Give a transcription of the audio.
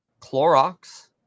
Clorox